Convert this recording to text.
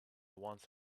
once